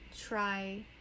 try